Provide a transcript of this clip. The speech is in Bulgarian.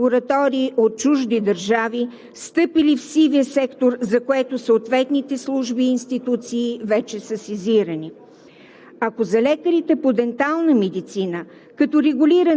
често от непрофесионалисти, та дори и от лаборатории от чужди държави, стъпили в сивия сектор, за което съответните служби и институции са вече сезирани.